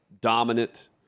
dominant